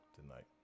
tonight